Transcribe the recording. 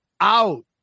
out